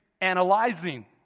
analyzing